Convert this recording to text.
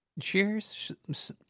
Cheers